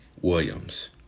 Williams